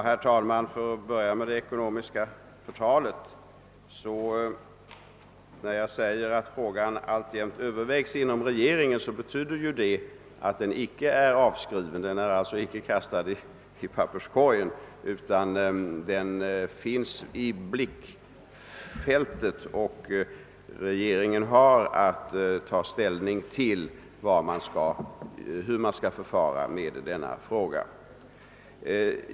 Herr talman! För att börja med frågan om det ekonomiska förtalet vill jag säga att uttrycket att ärendet övervägs inom regeringen betyder att det icke är avskrivet och icke kastat i papperskorgen, utan att det finns i blickfältet och att regeringen har att ta ställning till hur man skall förfara med frågan.